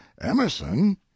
emerson